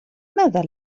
ماذا